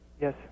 Yes